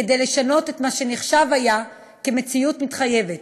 וכדי לשנות מה שנחשב היה כמציאות מתחייבת.